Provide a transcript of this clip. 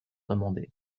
demandé